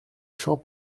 champs